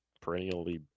perennially